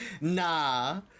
nah